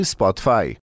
Spotify